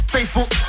Facebook